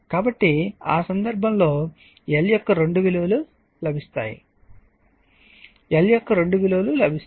కాబట్టి ఆ సందర్భంలో L యొక్క రెండు విలువలు లభిస్తాయి L యొక్క రెండు విలువలు లభిస్తాయి